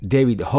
David